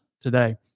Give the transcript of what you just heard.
today